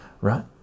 right